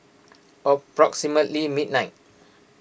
approximately midnight